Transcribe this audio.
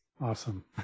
Awesome